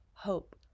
hope